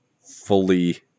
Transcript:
fully